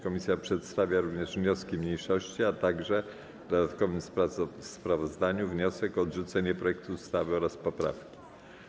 Komisja przedstawia również wnioski mniejszości, a także w dodatkowym sprawozdaniu wniosek o odrzucenie projektu ustawy oraz poprawki.